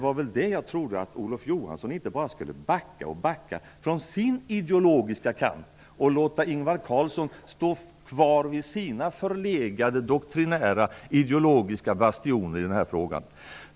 Jag trodde inte att Olof Johansson skulle backa och backa från sin ideologiska kamp och låta Ingvar Carlsson stå kvar vid sina förlegade, doktrinära, ideologiska bastioner i den här frågan.